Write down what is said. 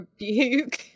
rebuke